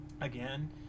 again